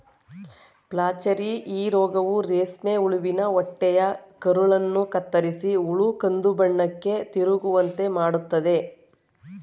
flacherie ಈ ರೋಗವು ರೇಷ್ಮೆ ಹುಳುವಿನ ಹೊಟ್ಟೆಯ ಕರುಳನ್ನು ಕತ್ತರಿಸಿ ಹುಳು ಕಂದುಬಣ್ಣಕ್ಕೆ ತಿರುಗುವಂತೆ ಮಾಡತ್ತದೆ